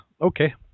Okay